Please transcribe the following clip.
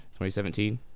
2017